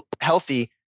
healthy